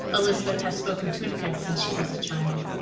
elisabeth has spoken tunica since she was a child.